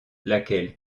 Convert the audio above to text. laquelle